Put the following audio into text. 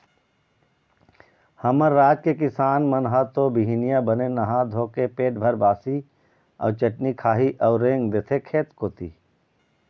हमर राज के किसान मन ह तो बिहनिया बने नहा धोके पेट भर बासी अउ चटनी खाही अउ रेंग देथे खेत कोती